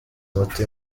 moto